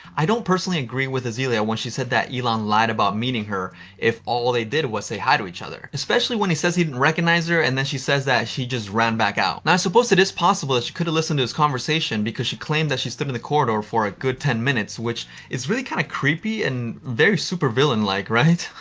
i don't personally agree with azealia when she said that elon lied about meeting her if all they did was say hi to each other. especially when he says he didn't recognize and then she says that she just ran back out. now, i suppose it is possible that she could have listened to this conversation because she claimed that she stood in the corridor for a good ten minutes, which is really kind of creepy and very supervillain like, right?